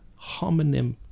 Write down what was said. homonym